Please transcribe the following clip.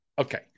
Okay